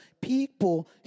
people